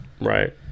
right